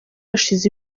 hashize